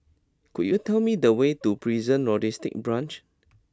could you tell me the way to Prison Logistic Branch